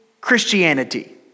Christianity